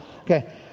Okay